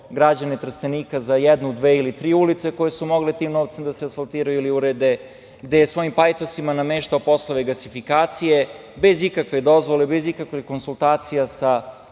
građane Trstenika za jednu, dve ili tri ulice koje su mogle tim novcem da se asfaltiraju ili urede, gde je svojim pajtosima nameštao poslove gasifikacije bez ikakve dozvole, bez ikakve konsultacije sa